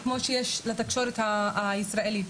כמו שיש לתקשורת הישראלית.